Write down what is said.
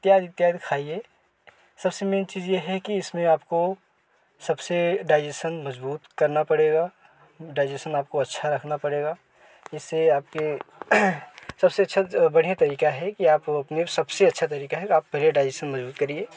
इत्यादि इत्यादि खाईये सबसे मेन चीज यह है इसमें आपको सबसे डाइजेशन मजबूत करना पड़ेगा डाइजेशन आपको अच्छा रखना पड़ेगा इससे आपके सबसे अच्छा बढ़िया तरीका है की आप अपने सब से अच्छा तरीका हैं आप पहले डाइजेशन मजबूत करिए